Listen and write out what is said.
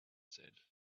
said